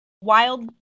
wild